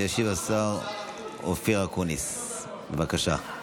ישיב השר אופיר אקוניס, בבקשה.